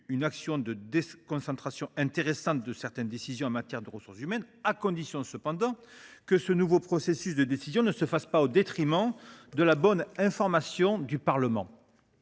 action de déconcentration de certaines décisions dans le domaine des ressources humaines, il importe cependant que ce nouveau processus de décision ne se fasse pas au détriment de la bonne information du Parlement.